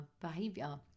behavior